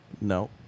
No